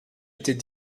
était